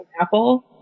Apple